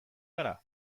gara